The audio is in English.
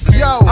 yo